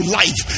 life